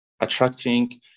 attracting